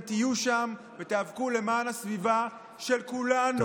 תהיו שם ותיאבקו למען הסביבה של כולנו,